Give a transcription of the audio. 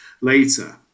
later